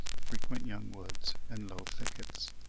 frequent young woods and low thickets.